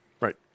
Right